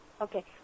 Okay